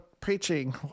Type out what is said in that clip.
preaching